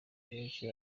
benshi